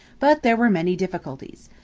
but there were many difficulties.